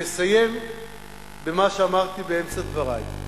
אסיים במה שאמרתי באמצע דברי.